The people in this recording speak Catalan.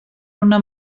una